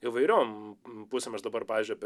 įvairiom būsim aš dabar pavyzdžiui apie